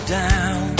down